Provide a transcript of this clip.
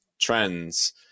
trends